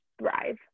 thrive